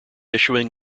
issuing